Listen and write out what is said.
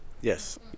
Yes